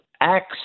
acts